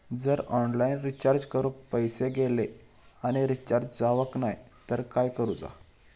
जर online recharge करून पैसे गेले आणि रिचार्ज जावक नाय तर काय करूचा?